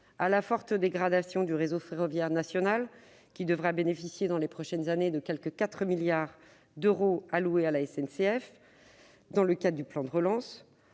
à la forte dégradation du réseau ferroviaire national, qui devra bénéficier, dans les prochaines années, des quelque 4 milliards d'euros alloués à la SNCF dans le cadre du plan de relance